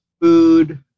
food